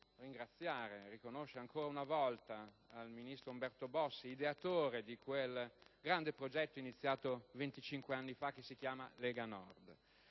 ringraziare ancora una volta il ministro Umberto Bossi, ideatore di quel grande progetto iniziato 25 anni fa e che si chiama Lega Nord.